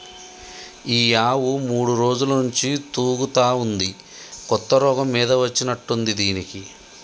ఈ ఆవు మూడు రోజుల నుంచి తూగుతా ఉంది కొత్త రోగం మీద వచ్చినట్టుంది దీనికి